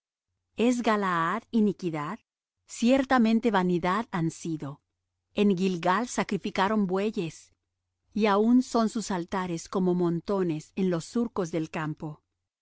es galaad iniquidad ciertamente vanidad han sido en gilgal sacrificaron bueyes y aún son sus altares como montones en los surcos del campo